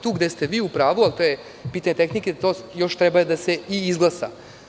Tu gde ste vi u pravu, a to je pitanje tehnike, to još treba da se i izglasa.